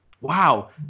Wow